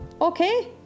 okay